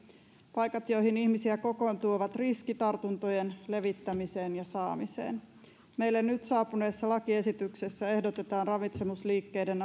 paikat joihin ihmisiä kokoontuu ovat riski tartuntojen levittämiseen ja saamiseen meille nyt saapuneessa lakiesityksessä ehdotetaan ravitsemusliikkeiden